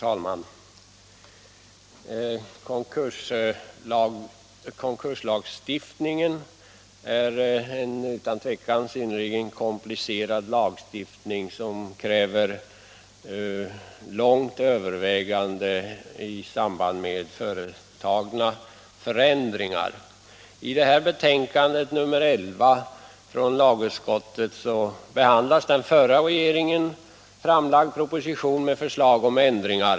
Herr talman! Konkurslagstiftningen är en utan tvivel synnerligen komplicerad lagstiftning, och förändringar i den måste föregås av långa överväganden. I lagutskottets betänkande nr 11 behandlas en av den förra regeringen framlagd proposition med förslag om ändringar.